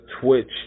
Twitch